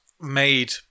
made